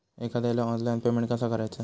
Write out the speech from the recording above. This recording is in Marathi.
एखाद्याला ऑनलाइन पेमेंट कसा करायचा?